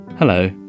Hello